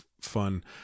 fun